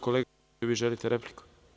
Kolega, da li želite repliku?